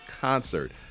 concert